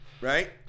right